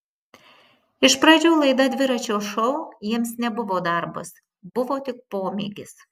iš pradžių laida dviračio šou jiems nebuvo darbas buvo tik pomėgis